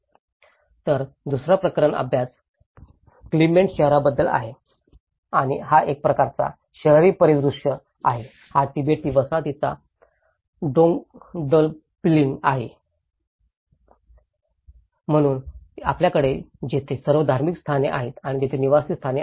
तर दुसरा प्रकरण अभ्यास क्लेमेंटClement शहराबद्दल आहे आणि हा एक प्रकारचा शहरी परिदृश्य आहे हा तिबेटी वसाहतींचा डोंडलप्लिंग आहे म्हणून आपल्याकडे येथे सर्व धार्मिक स्थाने आहेत आणि येथे निवासी आहेत